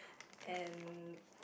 and